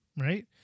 right